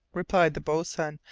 replied the boatswain,